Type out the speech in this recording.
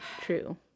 true